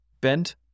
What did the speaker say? bent